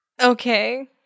Okay